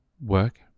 work